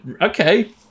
okay